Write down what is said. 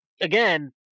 again